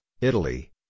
italy